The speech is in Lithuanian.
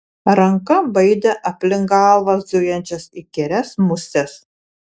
ranka baidė aplink galvą zujančias įkyrias muses